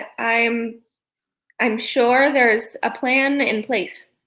ah i'm i'm sure there is a plan in place.